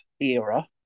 era